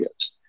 videos